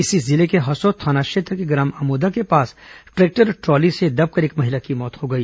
इसी जिले के हसौद थाना क्षेत्र के ग्राम अमोदा के पास ट्रैक्टर ट्रॉली से दबकर एक महिला की मौत हो गई